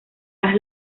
las